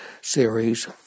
series